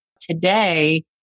Today